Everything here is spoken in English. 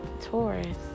Taurus